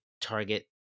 target